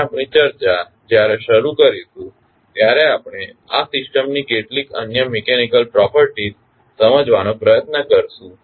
આપણે આપણી ચર્ચા જયારે શરુ કરીશુ ત્યારે આપણે આ સિસ્ટમની કેટલીક અન્ય મિકેનીકલ પ્રોપર્ટીસ સમજવાનો પ્રયત્ન કરીશું